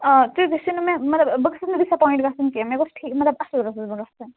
آ تیٚلہِ گَژھی نہٕ مےٚ مگر بہٕ گٔژھٕس نہٕ ڈِساپۄاینٛٹ گَژھٕنۍ کیٚنٛہہ مےٚ گوٚژھ ٹھیٖک مطلب اَصٕل گژھٕس بہٕ گژھٕنۍ